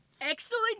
Excellent